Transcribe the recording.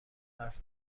حرف